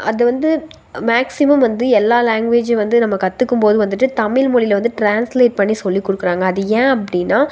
அது வந்து மேக்ஸிமம் வந்து எல்லா லேங்வேஜும் வந்து நம்ம கற்றுக்கும் போது வந்துட்டு தமிழ் மொழியில வந்து ட்ரான்ஸ்லேட் பண்ணி சொல்லிக் கொடுக்கறாங்க அது ஏன் அப்படின்னா